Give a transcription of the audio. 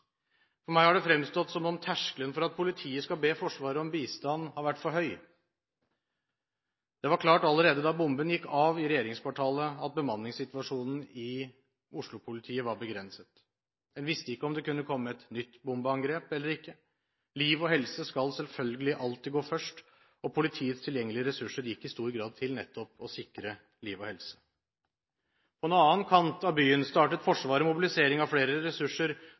For meg har det fremstått som om terskelen for at politiet skal be Forsvaret om bistand, har vært for høy. Det var klart allerede da bomben gikk av i regjeringskvartalet, at bemanningssituasjonen i Oslo-politiet var begrenset. En visste ikke om det kunne komme et nytt bombeangrep eller ikke. Liv og helse skal selvfølgelig alltid gå først, og politiets tilgjengelige ressurser gikk i stor grad til nettopp å sikre liv og helse. På en annen kant av byen startet Forsvaret mobilisering av flere ressurser